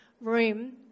room